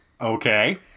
Okay